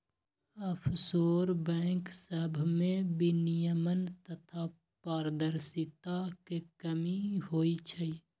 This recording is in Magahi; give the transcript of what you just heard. आफशोर बैंक सभमें विनियमन तथा पारदर्शिता के कमी होइ छइ